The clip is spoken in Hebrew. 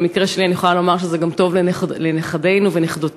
במקרה שלי אני יכולה לומר שזה גם טוב לנכדינו ונכדותינו,